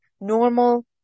normal